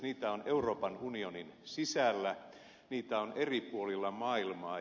niitä on euroopan unionin sisällä niitä on eri puolilla maailmaa